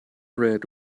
red